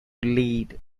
lead